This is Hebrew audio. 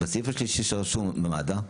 בסעיף השלישי שרשום מד"א,